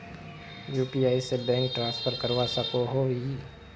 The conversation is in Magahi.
यु.पी.आई से बैंक ट्रांसफर करवा सकोहो ही?